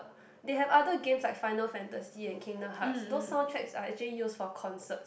they have other games like Final Fantasy and Kingdom Hearts those soundtracks are actually used for concerts